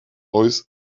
voice